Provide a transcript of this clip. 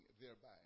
thereby